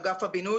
אגף הבינוי